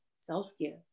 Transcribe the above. self-care